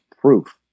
proof